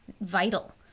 vital